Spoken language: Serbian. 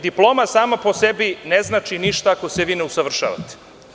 Diploma sama po sebi ne znači ništa ako se vi ne usavršavate.